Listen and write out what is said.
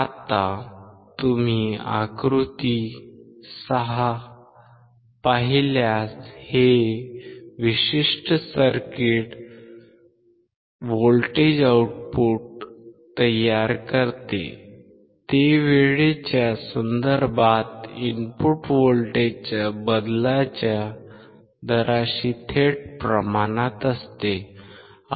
आता तुम्ही आकृती क्रमांक 6 पाहिल्यास हे विशिष्ट सर्किट व्होल्टेज आउटपुट तयार करते जे वेळेच्या संदर्भात इनपुट व्होल्टेजच्या बदलाच्या दराशी थेट प्रमाणात असते